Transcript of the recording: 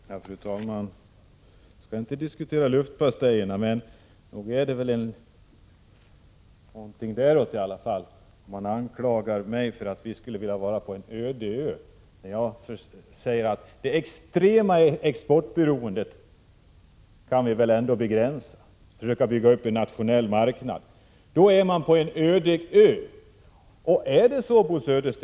Fru talman! Vi skall inte diskutera luftpastejer, men nog är det väl något ditåt som det handlar om. Man anklagar mig för att vilja försätta oss till en öde ö, men vad jag vill säga är detta: Vi kan väl ändå begränsa det extrema exportberoendet och försöka bygga upp en nationell marknad! Då säger Bo Södersten att man är på en öde ö.